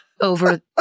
over